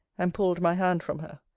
and pulled my hand from her.